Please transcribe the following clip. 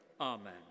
Amen